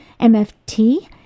MFT